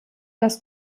das